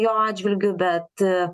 jo atžvilgiu bet